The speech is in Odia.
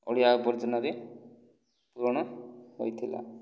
ଅଳିଆ ଆବର୍ଜନାରେ ପୁରଣ ହୋଇଥିଲା